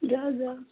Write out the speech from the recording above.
ଯାଅ ଯାଅ